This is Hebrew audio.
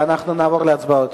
ואנחנו נעבור להצבעות.